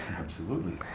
absolutely.